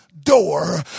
door